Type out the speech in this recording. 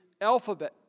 alphabet